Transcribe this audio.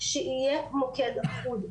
שיהיה מוקד איחוד,